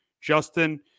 Justin